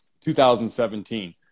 2017